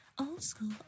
old-school